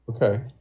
okay